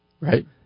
Right